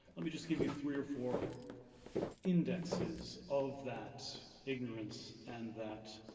let me just give you three or four indexes of that ignorance and that,